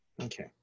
Okay